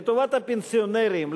לטובת הפנסיונרים,